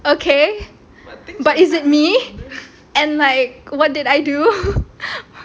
okay but is it me and like what did I do